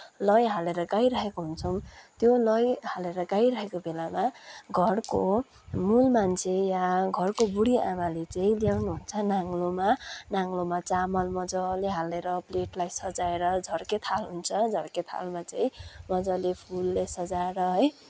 लय हालेर गाइरहेको हुन्छौँ त्यो लय हालेर गाइरहेको बेलामा घरको मूल मान्छे या घरको बुढी आमाले चाहिँ ल्याउनुहुन्छ नाङ्लोमा नाङ्लोमा चामल मज्जाले हालेर प्लेटलाई सजाएर झर्के थाल हुन्छ झर्के थालमा चाहिँ मज्जाले फुलले सजाएर है